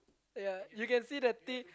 ya you can see the teeth